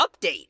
update